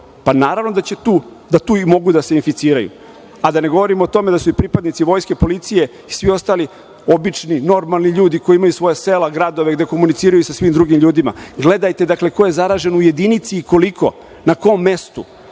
pa naravno da tu i mogu da se inficiraju, a da ne govorim o tome da su i pripadnici Vojske, policije i svi ostali, obični, normalni ljudi, koji imaju svoja sela, gradove i gde komuniciraju sa svim drugim ljudima. Gledajte, dakle, ko je zaražen u jedinici i koliko, na kom mestu,